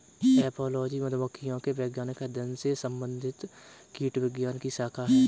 apiology मधुमक्खियों के वैज्ञानिक अध्ययन से संबंधित कीटविज्ञान की शाखा है